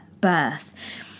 birth